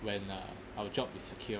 when uh our job is secured